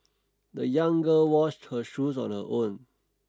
the young girl washed her shoes on her own